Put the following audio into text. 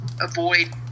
avoid